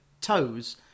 toes